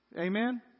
Amen